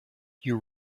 you